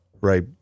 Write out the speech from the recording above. right